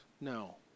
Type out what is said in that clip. No